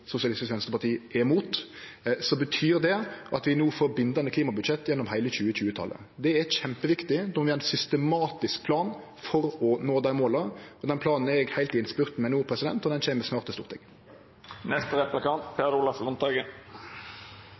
Sosialistisk Venstreparti er imot, betyr det at vi no får bindande klimabudsjett gjennom heile 2020-talet. Det er kjempeviktig. Då må vi ha ein systematisk plan for å nå dei måla. Den planen er eg heilt i innspurten med no, og han kjem snart til